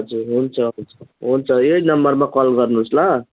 हजुर हुन्छ हुन्छ हुन्छ यही नम्बरमा कल गर्नुहोस् ल